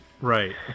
Right